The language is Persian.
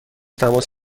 تماس